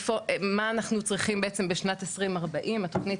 מה אנחנו צריכים בעצם בשנת 2040 התוכנית